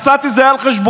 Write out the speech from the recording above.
וכשנסעתי זה היה על חשבוני,